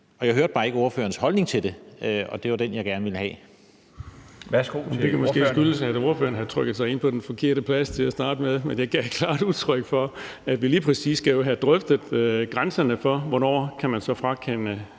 Jeg hørte bare ikke ordførerens holdning til det, og det var den, jeg gerne ville høre.